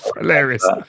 hilarious